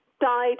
died